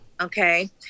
Okay